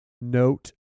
note